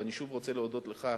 ואני שוב רוצה להודות לך,